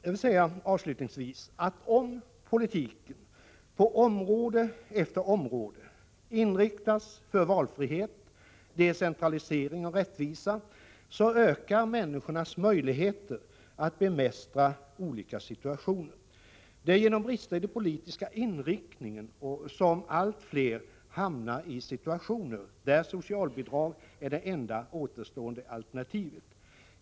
Jag vill avslutningsvis säga att om politiken på område efter område inriktas på att skapa valfrihet, decentralisering och rättvisa, ökar människornas möjligheter att bemästra olika situationer. Det är på grund av brister i den politiska inriktningen som allt flera hamnar i situationer där socialbidrag är det enda återstående alternativet.